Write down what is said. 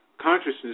consciousness